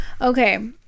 Okay